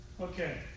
Okay